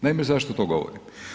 Naime, zašto to govorim?